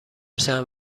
چند